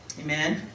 amen